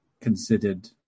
considered